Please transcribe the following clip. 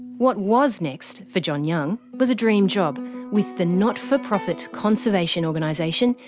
what was next, for john young, was a dream job with the not for profit conservation organisation,